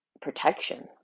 protection